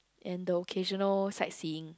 and the occasional sight seeing